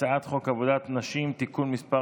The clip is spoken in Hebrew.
הצעת חוק עבודת נשים (תיקון מס'